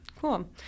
Cool